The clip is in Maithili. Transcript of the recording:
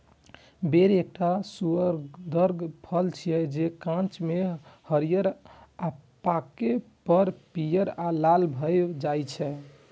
बेर एकटा सुअदगर फल छियै, जे कांच मे हरियर आ पाके पर पीयर आ लाल भए जाइ छै